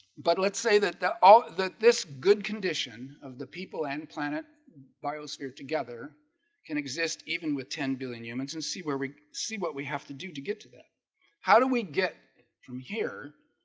but let's say that that all that this good condition of the people and planet biosphere together can exist even with ten billion humans and see where we see what we have to do to get to that how do we get from here?